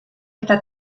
eta